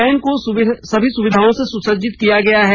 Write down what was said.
van को सभी सुविधाओं से सुसज्जित किया गया है